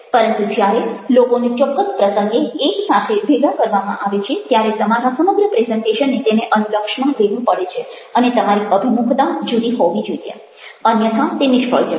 પરંતુ જ્યારે લોકોને ચોક્કસ પ્રસંગે એકસાથે ભેગા કરવામાં આવે છે ત્યારે તમારા સમગ્ર પ્રેઝન્ટેશને તેને અનુલક્ષમાં લેવું પડે છે અને તમારી અભિમુખતા જુદી હોવી જોઈએ અન્યથા તે નિષ્ફળ જશે